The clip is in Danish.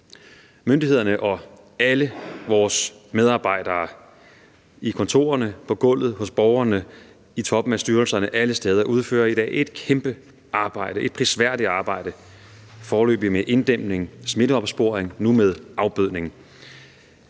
Myndighederne og alle vores medarbejdere i kontorerne, på gulvet, hos borgerne, i toppen af styrelserne, alle steder, udfører i dag et kæmpe arbejde, et prisværdigt arbejde, foreløbig med inddæmning og smitteopsporing og nu også med afbødning.